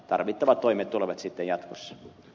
tarvittavat toimet tulevat sitten jatkossa